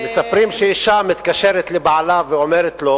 מספרים שאשה מתקשרת לבעלה ואומרת לו